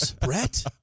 Brett